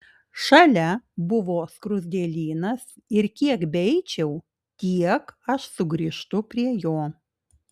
šalia buvo skruzdėlynas ir kiek beeičiau tiek aš sugrįžtu prie jo